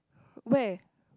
where